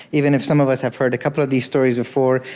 even if some of us have heard a couple of these stories before,